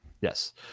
Yes